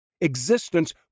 Existence